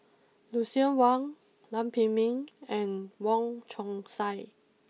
Lucien Wang Lam Pin Min and Wong Chong Sai